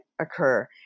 occur